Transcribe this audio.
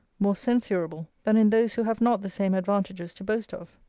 more censurable, than in those who have not the same advantages to boast of.